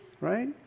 right